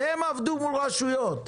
הם עבדו מול רשויות,